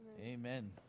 Amen